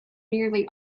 nearly